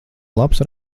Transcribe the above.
labs